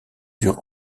dure